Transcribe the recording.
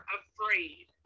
afraid